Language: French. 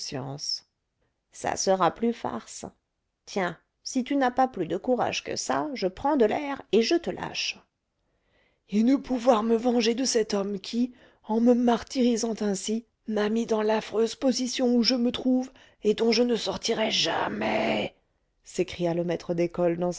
ça sera plus farce tiens si tu n'as pas plus de courage que ça je prends de l'air et je te lâche et ne pouvoir me venger de cet homme qui en me martyrisant ainsi m'a mis dans l'affreuse position où je me trouve et dont je ne sortirai jamais s'écria le maître d'école